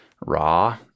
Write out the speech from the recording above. raw